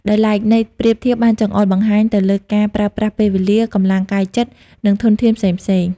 ដោយឡែក ន័យប្រៀបធៀបបានចង្អុលបង្ហាញទៅលើការប្រើប្រាស់ពេលវេលា កម្លាំងកាយចិត្ត និងធនធានផ្សេងៗ។